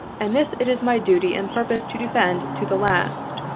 and this it is my duty and purpose to defend to the last.